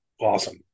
awesome